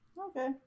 Okay